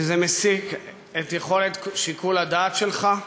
וזה מסיט את יכולת שיקול הדעת שלך.